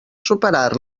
superar